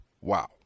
Wow